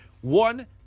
One